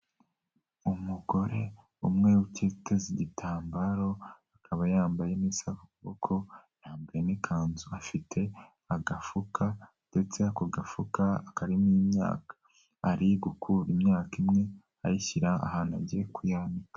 Umugore umwe uteze igitambaro akaba yambaye n'isaha ku kuboko yambaye n'ikanzu afite agafuka ndetse ako gafuka karimo imyaka, ari gukura imyaka imwe ayishyira ahantu agiye kuyanika.